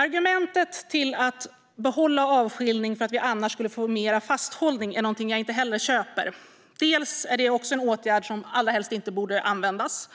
Argumentet för att behålla avskiljning för att vi annars skulle få mer fasthållning är inte heller någonting som jag köper. Dels är även fasthållning en åtgärd som allra helst inte borde användas,